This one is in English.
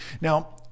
Now